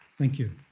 thank you.